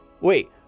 wait